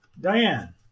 Diane